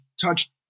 touched